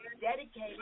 dedicated